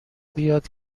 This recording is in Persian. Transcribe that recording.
بیاد